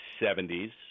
70s